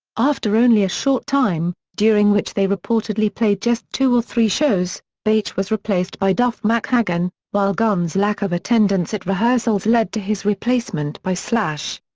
after only a short time, during which they reportedly played just two or three shows, beich was replaced by duff mckagan, while guns' lack of attendance at rehearsals led to his replacement by slash.